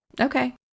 Okay